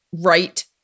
right